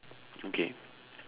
okay